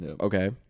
Okay